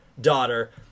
daughter